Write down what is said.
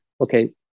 okay